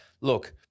look